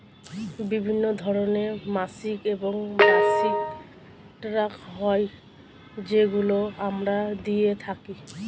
বিভিন্ন ধরনের মাসিক এবং বার্ষিক ট্যাক্স হয় যেগুলো আমরা দিয়ে থাকি